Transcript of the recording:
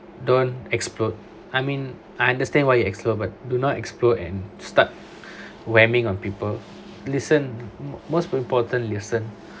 don't explode I mean I understand why you explode but do not explode and start whamming on people listen most important listen